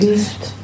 gift